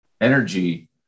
energy